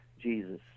jesus